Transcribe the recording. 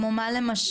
כמו מה למשל?